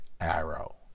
arrow